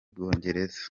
bwongereza